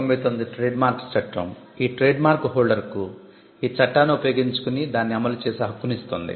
1999 trade marks చట్టం ఈ trademark హోల్డర్కు ఈ చట్టాన్ని ఉపయోగించుకుని దాన్ని అమలు చేసే హక్కును ఇస్తుంది